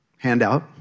handout